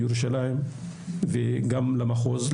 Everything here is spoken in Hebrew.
בירושלים וגם למחוז.